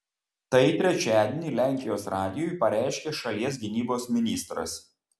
tai trečiadienį lenkijos radijui pareiškė šalies gynybos ministras